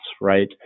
right